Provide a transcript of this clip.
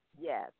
Yes